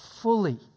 fully